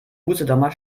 usedomer